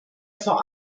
vor